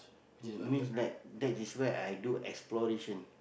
means like that is where i do exploration